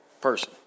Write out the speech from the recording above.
person